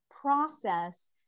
process